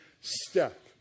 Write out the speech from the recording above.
Step